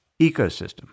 ecosystem